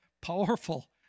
powerful